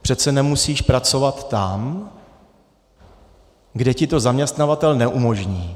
Přece nemusíš pracovat tam, kde ti to zaměstnavatel neumožní.